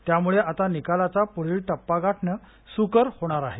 त्यामुळे आता निकालाचा पुढील टप्पा गाठणे सुकर होणार आहे